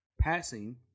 passing